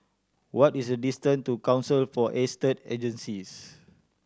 what is the distance to Council for Estate Agencies